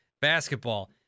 basketball